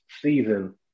season